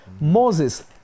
Moses